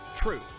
truth